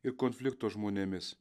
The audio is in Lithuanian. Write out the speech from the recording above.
ir konflikto žmonėmis